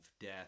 death